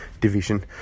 division